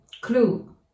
clue